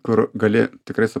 kur gali tikrai su